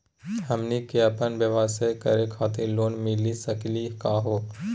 हमनी क अपन व्यवसाय करै खातिर लोन मिली सकली का हो?